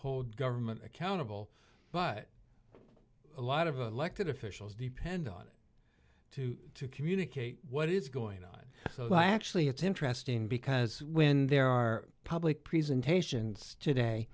hold government accountable but a lot of the lectern officials depend on it to communicate what is going on so actually it's interesting because when there are public presentations today